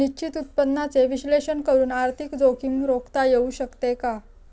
निश्चित उत्पन्नाचे विश्लेषण करून आर्थिक जोखीम रोखता येऊ शकते का?